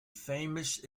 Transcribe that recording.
famous